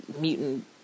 mutant